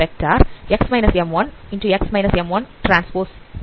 இவ்வாறிருக்கும்